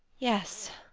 yes,